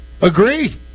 Agree